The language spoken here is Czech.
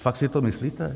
Fakt si to myslíte?